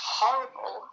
horrible